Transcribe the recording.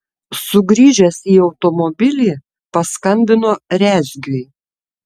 sugrįžęs į automobilį paskambino rezgiui